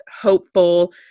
hopeful